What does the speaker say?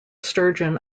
sturgeon